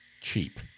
cheap